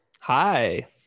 Hi